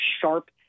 sharp